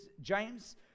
James